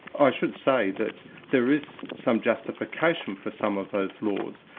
i should say that there is some justification for some of those laws,